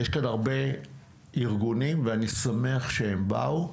יש כאן הרבה ארגונים ואני שמח שהם באו,